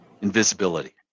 invisibility